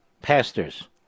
Pastors